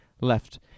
left